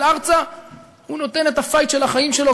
ארצה הוא נותן את ה"פייט" של החיים שלו.